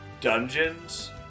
dungeons